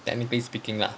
technically speaking ah